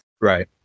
Right